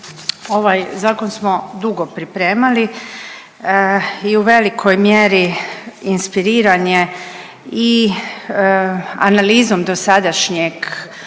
Ovaj zakon smo dugo pripremali i u velikoj mjeri inspiriran je i analizom dosadašnjeg